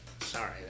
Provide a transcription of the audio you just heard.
Sorry